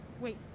Wait